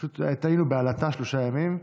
פשוט היינו בעלטה שלושה ימים,